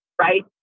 right